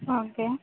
okay